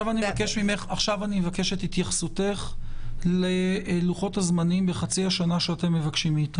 אבקש את התייחסותך ללוחות הזמנים בחצי השנה שאתם מבקשים מאתנו.